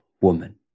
woman